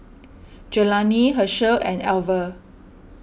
Jelani Hershel and Alver